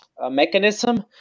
mechanism